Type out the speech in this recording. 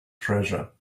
treasure